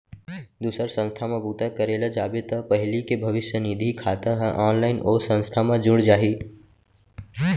दूसर संस्था म बूता करे ल जाबे त पहिली के भविस्य निधि खाता ह ऑनलाइन ओ संस्था म जुड़ जाही